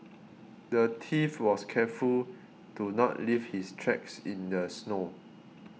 the thief was careful to not leave his tracks in the snow